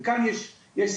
וכאן יש סיפור,